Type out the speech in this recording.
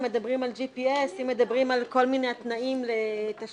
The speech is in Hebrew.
אם מדברים על G.P.S. אם מדברים על כל מיני תנאים לתשלומים.